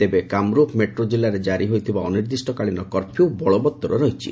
ତେବେ କାମରୁପ ମେଟ୍ରୋ ଜିଲ୍ଲାରେ ଜାରି ହୋଇଥିବା ଅନିର୍ଦ୍ଦିଷ୍ଟ କାଳୀନ କର୍ଫ୍ୟୁ ବଳବତ୍ତର ରହିଛି